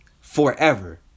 Forever